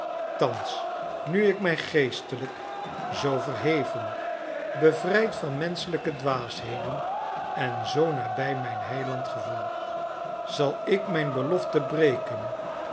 thans nu ik mij geestelijk zoo verheven bevrijd van menschelijke dwaasheden en zoo nabij mijn heiland gevoel zal ik mijn belofte breken